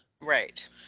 Right